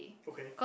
okay